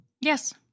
Yes